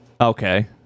Okay